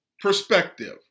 perspective